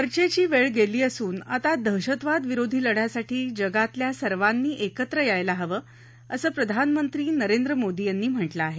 चर्चेची वेळ गेली असून आता दहशतवादविरोधी लढयासाठी जगातल्या सर्वांनी एकत्र यायला हवं असं प्रधानमंत्री नरेंद्र मोदी यांनी म्हटलं आहे